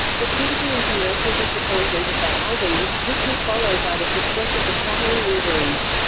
the critical and commercial disappointment of that album was swiftly followed by the success of the traveling wilburys.